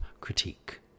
critique